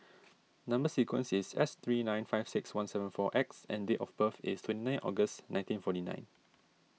Number Sequence is S three nine five six one seven four X and date of birth is twenty nine August nineteen forty nine